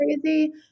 crazy